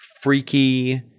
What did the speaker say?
freaky